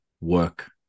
work